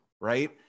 right